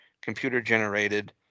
computer-generated